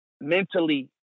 mentally